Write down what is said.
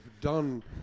done